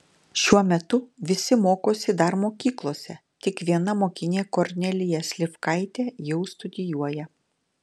šiuo metu visi mokosi dar mokyklose tik viena mokinė kornelija slivkaitė jau studijuoja